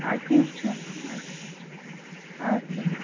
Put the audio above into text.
اَدٕ کیٚنٛہہ چھُ نہٕ اَد سا اَدٕ سا